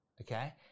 okay